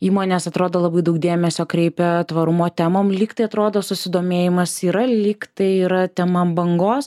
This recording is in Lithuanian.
įmonės atrodo labai daug dėmesio kreipia tvarumo temom lygtai atrodo susidomėjimas yra lygtai yra tema bangos